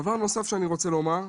דבר נוסף שאני רוצה לומר,